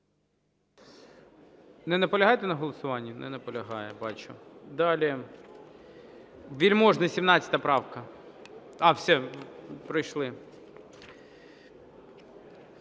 Не наполягаєте на голосуванні? Не наполягає, бачу. Далі, Вельможний, 17 правка. А, все, пройшли.